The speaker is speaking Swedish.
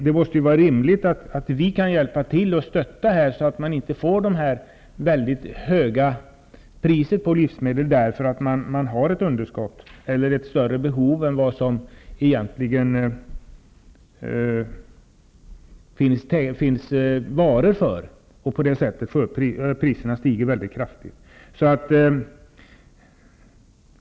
Det måste vara rimligt att vi hjälper till och stöttar, så att priset på livs medel inte blir så högt därför att det är brist på livsmedel.